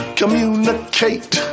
communicate